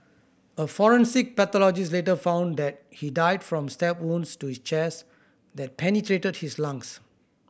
a forensic pathologist later found that he died from stab wounds to his chest that penetrated his lungs